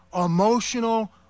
emotional